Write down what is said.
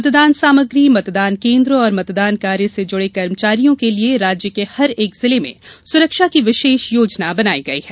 मतदान सामग्री मतदान केन्द्र और मतदान कार्य से जुड़े कर्मचारियों के लिये राज्य के हर एक जिले में सुरक्षा की विशेष योजना बनाई गई है